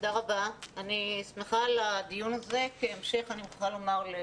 תודה רבה, אני שמחה על הדיון הזה, כהמשך לדיון